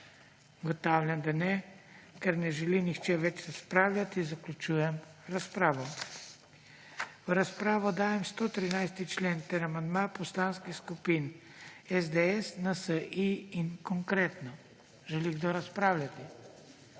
Ugotavljam, da ne. Ker ne želi nihče več razpravljati, zaključujem razpravo. V razpravo dajem 130. člen ter amandma poslanskih skupin SDS, NSi in Konkretno. Želi kdo razpravljati?